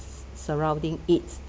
surrounding it